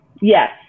yes